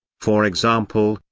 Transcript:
for example,